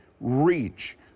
reach